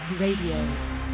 Radio